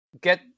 get